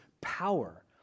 power